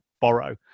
borrow